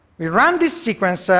we ran this sequence, ah